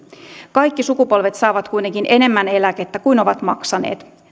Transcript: kaikki sukupolvet saavat kuitenkin enemmän eläkettä kuin ovat maksaneet